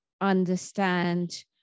understand